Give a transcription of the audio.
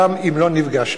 גם אם לא נפגשנו.